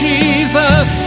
Jesus